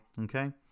okay